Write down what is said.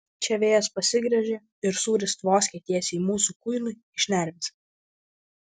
čia vėjas pasigręžė ir sūris tvoskė tiesiai mūsų kuinui į šnerves